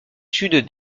sud